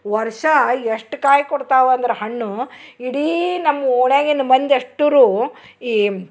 ವರ್ಷ ಆಗಿ ಎಷ್ಟು ಕಾಯಿ ಕೊಡ್ತಾವ ಅಂದ್ರ ಹಣ್ಣು ಇಡೀ ನಮ್ಮ ಓಣ್ಯಾಗಿನ ಮಂದಿ ಅಷ್ಟುರು ಈ